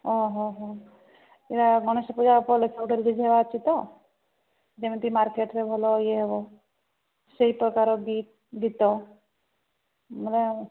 ଓ ହ ହ ଏଇଟା ଗଣେଶ ପୂଜା ଉପଲକ୍ଷେ ଅଛି ତ ଯେମିତି ମାର୍କେଟରେ ଭଲ ଇଏ ହେବ ସେଇ ପ୍ରକାର ଗୀତ ଗୀତ ମାନେ